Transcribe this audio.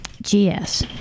gs